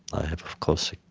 i have, of course,